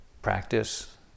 practice